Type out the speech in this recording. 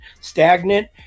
Stagnant